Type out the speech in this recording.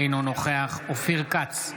אינו נוכח אופיר כץ,